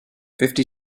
fifty